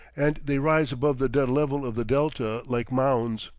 and they rise above the dead level of the delta like mounds.